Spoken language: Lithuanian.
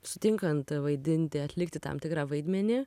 sutinkant vaidinti atlikti tam tikrą vaidmenį